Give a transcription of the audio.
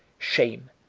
shame,